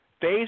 phase